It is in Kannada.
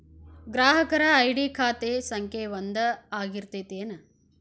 ಗ್ರಾಹಕರ ಐ.ಡಿ ಖಾತೆ ಸಂಖ್ಯೆ ಒಂದ ಆಗಿರ್ತತಿ ಏನ